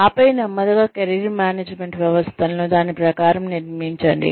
ఆపై నెమ్మదిగా career management వ్యవస్థలను దాని ప్రకారం నిర్మించండి